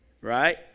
right